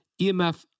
EMF